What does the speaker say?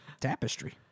Tapestry